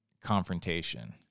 confrontation